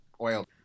oil